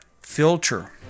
filter